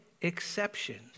exceptions